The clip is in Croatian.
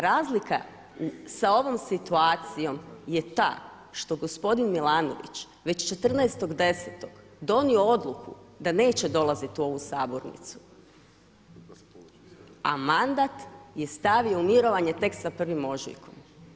Razlika sa ovom situacijom je ta što je gospodin Milanović već 14.10 donio odluku da neće dolaziti u ovu Sabornicu a mandat je stavio u mirovanje tek sa 1. ožujkom.